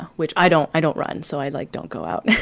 ah which i don't i don't run. so i like don't go out